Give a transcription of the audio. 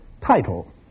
Title